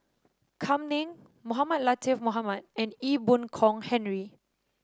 Kam Ning Mohamed Latiff Mohamed and Ee Boon Kong Henry